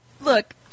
look